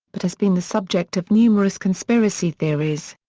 but has been the subject of numerous conspiracy theories.